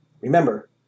Remember